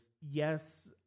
Yes